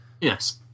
Yes